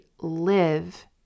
live